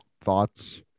thoughts